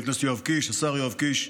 השר יואב קיש,